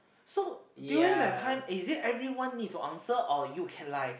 so during that time is it everyone need to answer or you can like